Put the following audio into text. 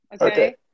Okay